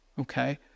okay